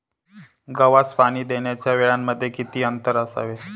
गव्हास पाणी देण्याच्या वेळांमध्ये किती अंतर असावे?